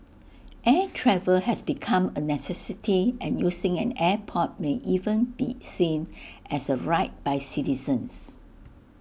air travel has become A necessity and using an airport may even be seen as A right by citizens